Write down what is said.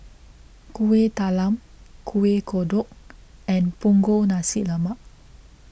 Kueh Talam Kuih Kodok and Punggol Nasi Lemak